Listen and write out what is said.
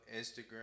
Instagram